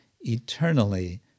eternally